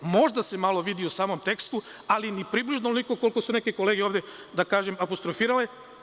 Možda se malo vidi u samom tekstu, ali ni približno onoliko koliko su neke kolege ovde, da kažem, apostrofirale.